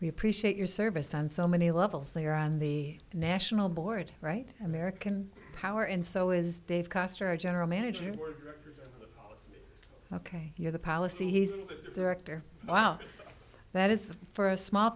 we appreciate your service on so many levels they are on the national board right american power and so is dave custer general manager ok you're the policy he's director well that is for a small